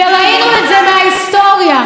וראינו את זה מההיסטוריה,